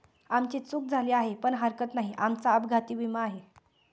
आमची चूक झाली आहे पण हरकत नाही, आमचा अपघाती विमा आहे